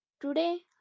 today